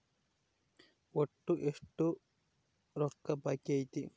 ಒಟ್ಟು ಎಷ್ಟು ರೊಕ್ಕ ಬಾಕಿ ಐತಿ?